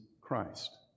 Christ